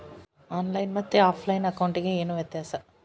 On line ಮತ್ತೆ offline ಅಕೌಂಟಿಗೆ ಏನು ವ್ಯತ್ಯಾಸ?